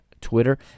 twitter